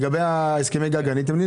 לגבי הסכמי הגג עניתם לי.